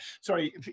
Sorry